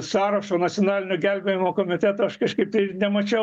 sąrašo nacionalinio gelbėjimo komiteto aš kažkaip nemačiau